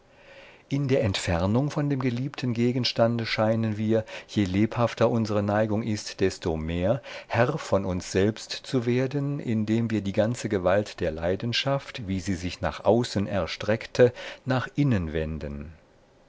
in der entfernung von dem geliebten gegenstande scheinen wir je lebhafter unsere neigung ist desto mehr herr von uns selbst zu werden indem wir die ganze gewalt der leidenschaft wie sie sich nach außen erstreckte nach